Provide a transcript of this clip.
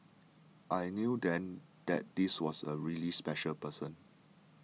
I knew then that this was a really special person